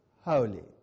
holy